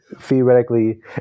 theoretically